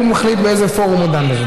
הוא מחליט באיזה פורום הוא דן בזה.